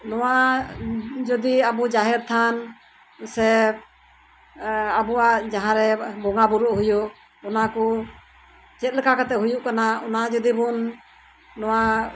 ᱱᱚᱣᱟ ᱡᱩᱫᱤ ᱟᱵᱚ ᱡᱟᱦᱮᱨ ᱛᱷᱟᱱ ᱥᱮ ᱟᱵᱚᱣᱟᱜ ᱡᱟᱦᱟᱸ ᱨᱮ ᱵᱚᱸᱜᱟ ᱵᱳᱨᱳ ᱦᱩᱭᱩᱜ ᱚᱱᱟ ᱠᱚ ᱪᱮᱫ ᱞᱮᱠᱟ ᱠᱟᱛᱮᱜ ᱦᱩᱭᱩᱜ ᱠᱟᱱᱟ ᱚᱱᱟ ᱡᱩᱫᱤ ᱵᱚᱱ ᱱᱚᱣᱟ